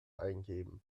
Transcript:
eingeben